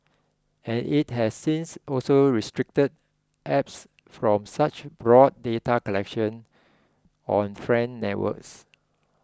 and it has since also restricted apps from such broad data collection on friend networks